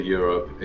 Europe